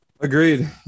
Agreed